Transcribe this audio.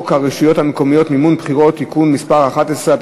הרשויות המקומיות (מימון בחירות) (תיקון מס' 11),